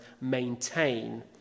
maintain